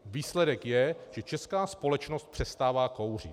Výsledek je, že česká společnost přestává kouřit.